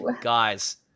guys